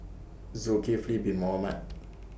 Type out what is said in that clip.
Zulkifli Bin Mohamed